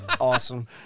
Awesome